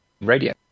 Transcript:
Radio